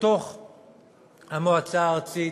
בתוך המועצה הארצית.